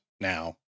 now